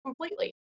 completely